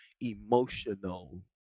emotional